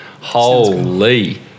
Holy